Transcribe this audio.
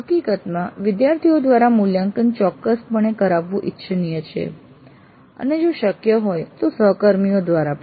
હકીકતમાં વિદ્યાર્થીઓ દ્વારા મૂલ્યાંકન ચોક્કસપણે કરાવવું ઇચ્છનીય છે અને જો શક્ય હોય તો સહકર્મીઓ દ્વારા પણ